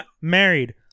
married